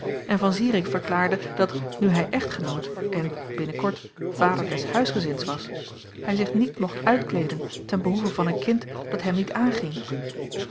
en van zirik verklaarde dat nu hij echtgenoot en binnen kort vader des huisgezins was hij zich niet mocht uitkleeden ten behoeve van een kind dat hem niet aanging